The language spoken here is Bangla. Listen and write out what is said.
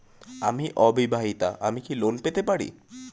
আমি অবিবাহিতা আমি কি লোন পেতে পারি?